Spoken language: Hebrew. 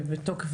כ"ב בתמוז